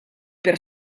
per